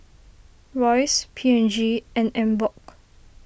Royce P and G and Emborg